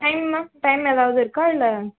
time ma'am time ஏதாவது இருக்கா இல்லை